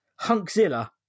Hunkzilla